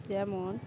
যেমন